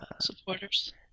Supporters